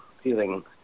feeling